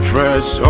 Fresh